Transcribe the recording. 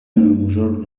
مجرد